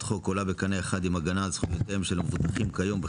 החוק עולה בקנה אחד עם הגנה על זכויותיהם של המבוטחים כיום,